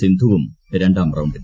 സിന്ധുവും രണ്ടാം റൌണ്ടിൽ